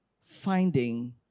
finding